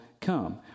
come